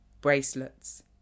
bracelets